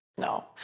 No